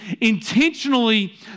intentionally